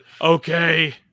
okay